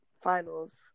finals